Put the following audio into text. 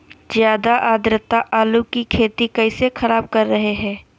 ज्यादा आद्रता आलू की खेती कैसे खराब कर रहे हैं?